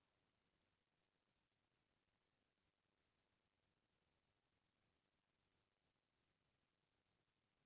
चोरी हारी ल तो कोनो जाने नई, कतको चोर मन चउकीदार ला सांट के अपन बूता कर डारथें